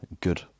good